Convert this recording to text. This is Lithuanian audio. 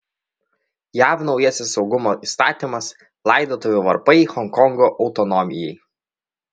jav naujasis saugumo įstatymas laidotuvių varpai honkongo autonomijai